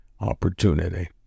opportunity